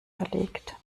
verlegt